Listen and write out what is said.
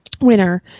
winner